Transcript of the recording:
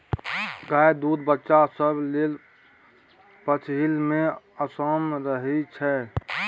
गायक दूध बच्चा सब लेल पचइ मे आसान रहइ छै